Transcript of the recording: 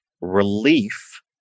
relief